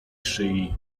szyi